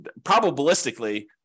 probabilistically